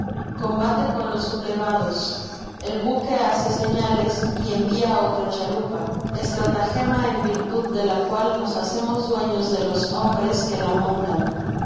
combate con los sublevados el buque hace señales y envia otra chalupa estratagema en virtud de la cual nos ha cemos dueños de los hombres que la montan el